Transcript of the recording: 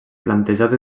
plantejat